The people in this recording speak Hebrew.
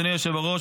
אדוני היושב-ראש,